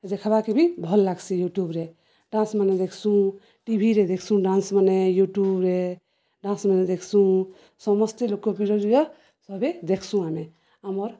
ଦେଖବାକେ ବି ଭଲ ଲାଗ୍ସି ୟୁଟ୍ୟୁବରେ ଡାନ୍ସମାନେ ଦେଖ୍ସୁଁ ଟିଭିରେ ଦେଖ୍ସୁଁ ଡାନ୍ସମାନେ ୟୁଟ୍ୟୁବରେ ଡାନ୍ସମାନେ ଦେଖ୍ସୁଁ ସମସ୍ତେ ଲୋକପ୍ରିୟ ସଭି ଦେଖ୍ସୁଁ ଆମେ ଆମର୍